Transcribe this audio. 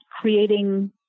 creating